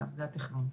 זה התכנון.